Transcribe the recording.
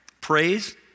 Praise